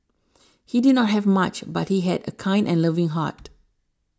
he did not have much but he had a kind and loving heart